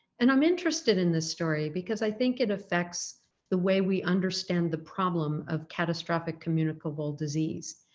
and i'm interested in this story because i think it affects the way we understand the problem of catastrophic communicable disease.